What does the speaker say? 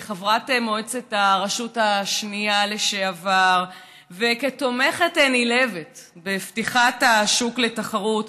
כחברת מועצת הרשות השנייה לשעבר ותומכת נלהבת בפתיחת השוק לתחרות,